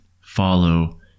follow